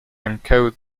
encode